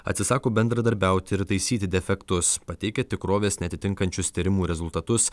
atsisako bendradarbiauti ir taisyti defektus pateikia tikrovės neatitinkančius tyrimų rezultatus